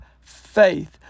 faith